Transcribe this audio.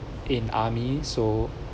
in army so